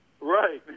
Right